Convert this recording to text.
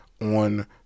on